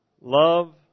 love